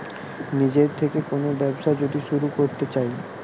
নিজের থেকে কোন ব্যবসা যদি শুরু করতে চাই